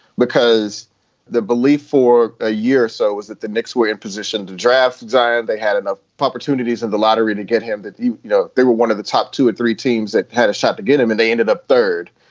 because the belief for a year or so was that the knicks were in position to draft zion. they had enough opportunities in the lottery to get him that, you know, they were one of the top two or three teams that had a shot to get him and they ended up third.